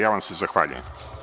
Ja vam se zahvaljujem.